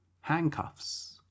handcuffs